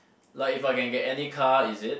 like if I can get any car is it